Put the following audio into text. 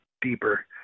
deeper